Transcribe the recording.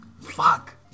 Fuck